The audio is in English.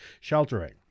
sheltering